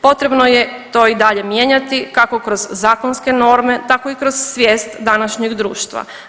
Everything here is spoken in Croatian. Potrebno je to i dalje mijenjati kako kroz zakonske norme tako i kroz svijest današnjeg društva.